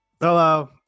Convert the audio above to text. Hello